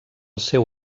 seu